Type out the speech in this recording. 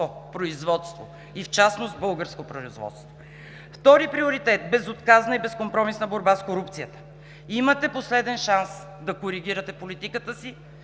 производство! – и в частност българско производство. Втори приоритет – безотказна и безкомпромисна борба с корупцията. Имате последен шанс да коригирате политиката си,